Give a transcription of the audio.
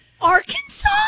arkansas